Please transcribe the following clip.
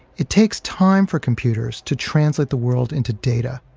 it takes time for computers to translate the world into data,